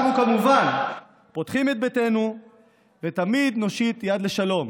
אנחנו כמובן פותחים את ביתנו ותמיד נושיט יד לשלום,